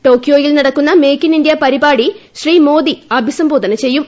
ടോക്കിയോയിൽ നടക്കുന്ന make in India പരിപാടി ശ്രീ മോദി അഭിസംബോധന ചെയ്യും